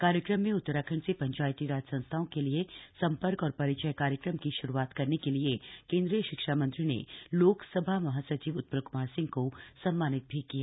कार्यक्रम में उत्तराखण्ड से पंचायती राज संस्थाओं के लिए सम्पर्क और परिचय कार्यक्रम की शुरूआत करने के लिये केन्द्रीय शिक्षा मंत्री ने लोकसभा महासचिव उत्पल क्मार सिंह को सम्मानित भी किया गया